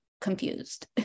confused